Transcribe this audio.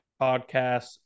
podcasts